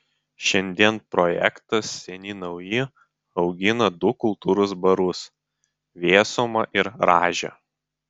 šiandien projektas seni nauji augina du kultūros barus vėsumą ir rąžę